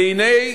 והנה,